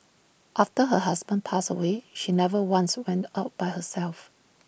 after her husband passed away she never once went out by herself